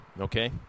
okay